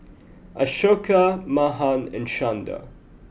Ashoka Mahan and Chanda